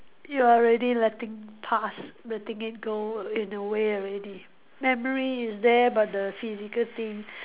you are already letting past letting it go in a way already memory is there but the physical thing